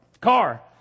Car